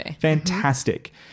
fantastic